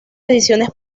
ediciones